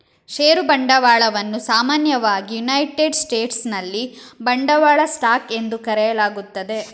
ಷೇರು ಬಂಡವಾಳವನ್ನು ಸಾಮಾನ್ಯವಾಗಿ ಯುನೈಟೆಡ್ ಸ್ಟೇಟ್ಸಿನಲ್ಲಿ ಬಂಡವಾಳ ಸ್ಟಾಕ್ ಎಂದು ಕರೆಯಲಾಗುತ್ತದೆ